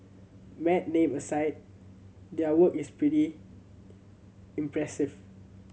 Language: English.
mad name aside their work is pretty impressive